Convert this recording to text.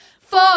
four